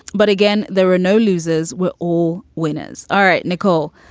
but again, there are no losers were all winners. all right, nicole.